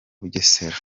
bugesera